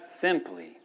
simply